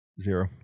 zero